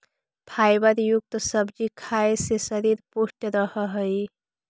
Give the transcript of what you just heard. fibre युक्त सब्जी खाए से शरीर पुष्ट रहऽ हइ